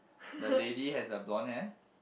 the lady has a blonde hair